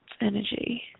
energy